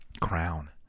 crown